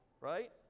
right